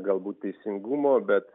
galbūt teisingumo bet